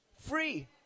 Free